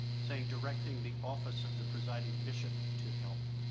saying, directing the office of the presiding bishop to help.